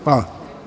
Hvala.